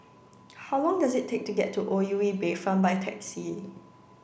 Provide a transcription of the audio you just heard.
how long does it take to get to O U E Bayfront by taxi